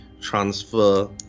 transfer